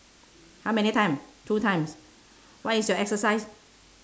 how many time two times what is your exercise